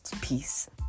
peace